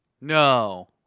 No